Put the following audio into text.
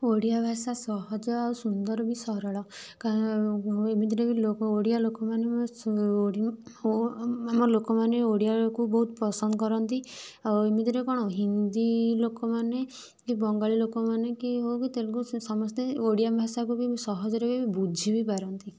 ଓଡ଼ିଆ ଭାଷା ସହଜ ଆଉ ସୁନ୍ଦର ବି ସରଳ ଏମିତିରେ ବି ଲୋକ ଓଡ଼ିଆ ଲୋକମାନେ ଆମ ଲୋକମାନେ ଓଡ଼ିଆ ଲୋକୁ ବହୁତ ପସନ୍ଦ କରନ୍ତି ଆଉ ଏମିତିରେ କଣ ହିନ୍ଦୀ ଲୋକମାନେ କି ବଙ୍ଗାଳି ଲୋକମାନେ ହୁଅ କି ତେଲଗୁ ସେ ସମସ୍ତ ଓଡ଼ିଆ ଭାଷାକୁ ବି ସହଜରେ ବି ବୁଝି ବି ପାରନ୍ତି